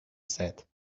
said